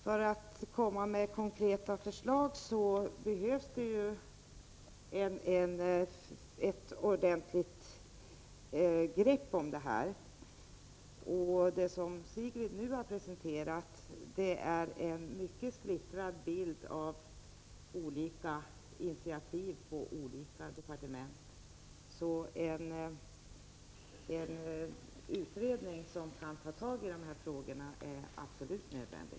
För att komma med konkreta förslag behövs ett ordentligt grepp om detta. Det som Sigrid Bolkéus nu har presenterat är en mycket splittrad bild av olika initiativ från olika departement. En utredning som kan ta tag i dessa frågor är absolut nödvändig.